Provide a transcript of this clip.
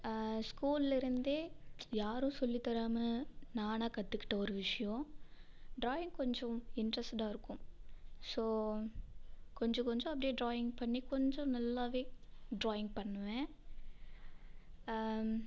ஸ்கூல்லிருந்தே யாரும் சொல்லித்தராமல் நானாக கற்றுக்கிட்ட ஒரு விஷயம் டிராயிங் கொஞ்சம் இன்ட்ரெஸ்டடாக இருக்கும் ஸோ கொஞ்சம் கொஞ்சம் அப்படியே டிராயிங் பண்ணி கொஞ்சம் நல்லாவே டிராயிங் பண்ணுவேன்